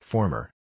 Former